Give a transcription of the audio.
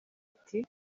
ati